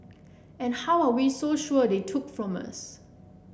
and how are we so sure they took from us